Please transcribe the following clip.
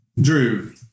Drew